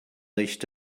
nicht